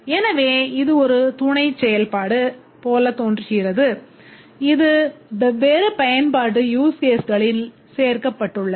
எனவே இது ஒரு துணைச் செயல்பாடு போலத் தோன்றுகிறது இது வெவ்வேறு பயன்பாட்டு use case களில் சேர்க்கப்பட்டுள்ளது